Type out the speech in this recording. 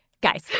guys